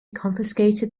confiscated